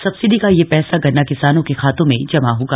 subsidy का यह पैसा गन्ना किसानों के खातों में जमा होगा